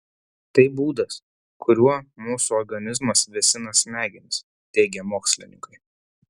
tai būdas kuriuo mūsų organizmas vėsina smegenis teigia mokslininkai